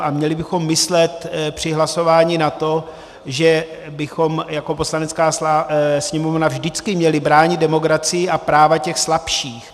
A měli bychom myslet při hlasování na to, že bychom jako Poslanecká sněmovna vždycky měli bránit demokracii a práva těch slabších.